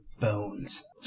bones